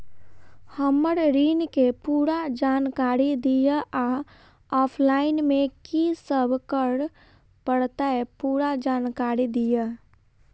हम्मर ऋण केँ पूरा जानकारी दिय आ ऑफलाइन मे की सब करऽ पड़तै पूरा जानकारी दिय?